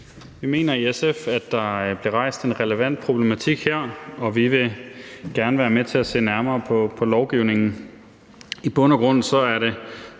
Vi mener i SF, at der her bliver rejst en relevant problematik, og vi vil gerne være med til at se nærmere på lovgivningen. I bund og grund er det